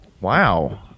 wow